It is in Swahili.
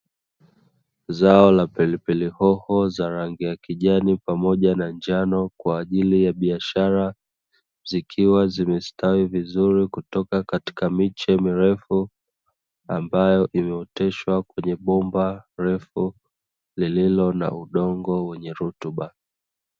Zao la pilipili hoho za rangi ya kijani pamoja na njano, kwa ajili ya chakula zikia zimestawi vizuri kutoka katika miche mirefu, ambayo imeoteshwa kwenye bomba refu lililo na udongo wenye rutuba.